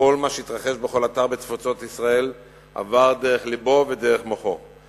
כל מה שהתרחש בכל אתר בתפוצות ישראל עבר דרך לבו ודרך מוחו.